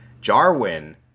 Jarwin